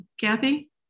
Kathy